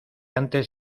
antes